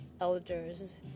Elders